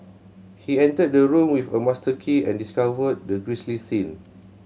he entered the room with a master key and discovered the grisly scene